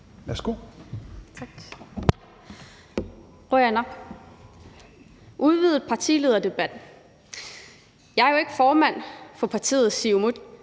Qujanaq. Det her er en udvidet partilederdebat – jeg er jo ikke formand for partiet Siumut,